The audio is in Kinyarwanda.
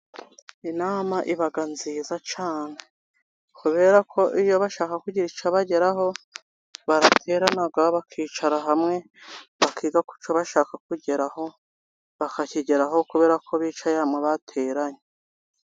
Inama iba nziza cyane kubera ko iyo bashaka kugira icyo bageraho baraterana cyangwa bakicara hamwe bakiga gucyo bashaka kugeraho, bakakigeraho kubera ko bicaye mu bateranye.